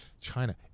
China